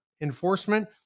enforcement